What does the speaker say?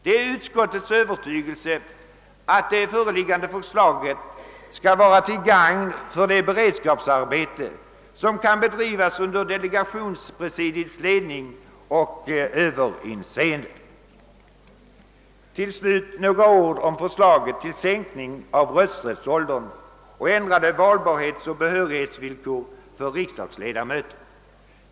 Det är utskottets övertygelse att det föreliggande förslaget skall vara till gagn för det beredskapsarbete som kan bhedrivas under delegationspresidiets ledning och överinseende. Till slut vill jag säga några ord om förslaget till sänkning av rösträttsåldern och ändrade valbarhetsoch behörighetsvillkor för riksdagsledamöter.